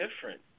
different